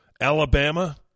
Alabama